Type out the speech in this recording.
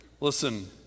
Listen